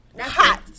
Hot